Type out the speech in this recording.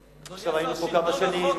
עכשיו היינו פה כמה שנים,